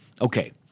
Okay